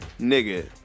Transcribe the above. Nigga